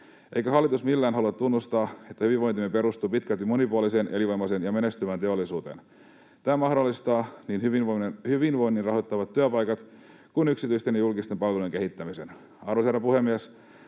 Eikö hallitus millään halua tunnustaa, että hyvinvointimme perustuu pitkälti monipuoliseen, elinvoimaiseen ja menestyvään teollisuuteen? Tämä mahdollistaa niin hyvinvoinnin rahoittavat työpaikat kuin yksityisten ja julkisten palvelujen kehittämisen. Arvoisa herra puhemies!